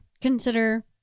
consider